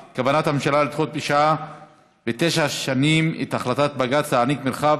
בעד, תשעה, אין נמנעים, אין מתנגדים.